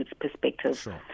perspective